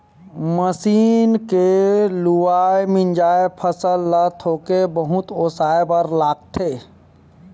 machine के लुवाए, मिंजाए फसल ल थोके बहुत ओसाए बर लागथे